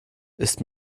ist